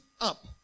up